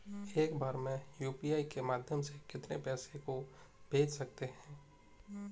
एक बार में यू.पी.आई के माध्यम से कितने पैसे को भेज सकते हैं?